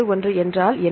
1 என்றால் என்ன